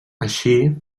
així